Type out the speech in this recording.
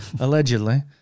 Allegedly